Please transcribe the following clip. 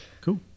cool